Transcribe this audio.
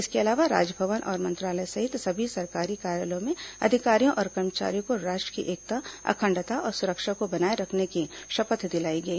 इसके अलावा राजभवन और मंत्रालय सहित सभी सरकारी कार्यालयों में अधिकारियों और कर्मचारियों को राष्ट्र की एकता अखंडता और सुरक्षा को बनाए रखने की शपथ दिलाई गई